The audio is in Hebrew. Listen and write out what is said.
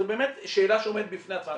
זאת באמת שאלה שעומדת בפני עצמה.